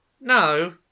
no